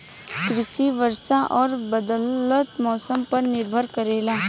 कृषि वर्षा और बदलत मौसम पर निर्भर करेला